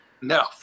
no